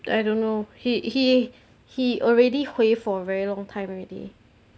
I don't know he he he already 回 for very long time already